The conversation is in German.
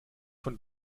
von